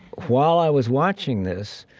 while i was watching this,